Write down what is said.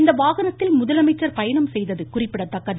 இந்த வாகனத்தில் முதலமைச்சர் பயணம் செய்தது குறிப்பிடத்தக்கது